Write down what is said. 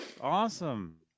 Awesome